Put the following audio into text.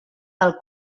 del